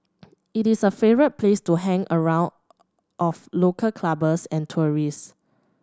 it is a favourite place to hang around of local clubbers and tourists